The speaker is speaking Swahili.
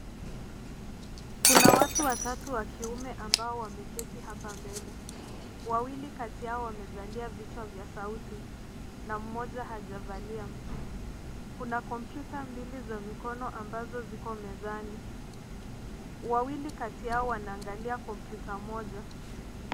Kuna watu watatu wa kiume ambao wameketi hapa mbele. Wawili kati yao wamevalia vichwa vya sauti na mmoja hajavalia. Kuna kompyuta mbili za mikono ambazo ziko mezani. Wawili kati yao wanaangalia komyuta moja.